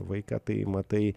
vaiką tai matai